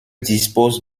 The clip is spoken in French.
dispose